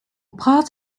part